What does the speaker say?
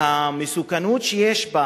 המסוכנות שיש בה